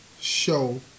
show